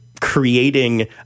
creating